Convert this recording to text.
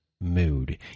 mood